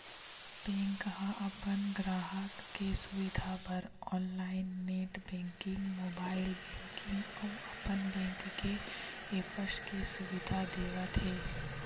bank ह अपन गराहक के सुबिधा बर online net banking, mobile banking अउ अपन बेंक के ऐप्स के सुबिधा देवत हे